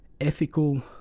ethical